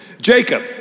Jacob